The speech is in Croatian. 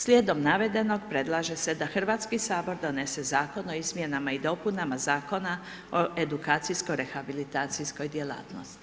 Slijedom navedenog, predlaže se da Hrvatski sabor donese Zakon o izmjenama i dopunama Zakona o edukacijsko-rehabilitacijskoj djelatnosti.